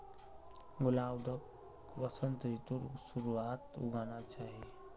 गुलाउदीक वसंत ऋतुर शुरुआत्त उगाना चाहिऐ